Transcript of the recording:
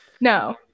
No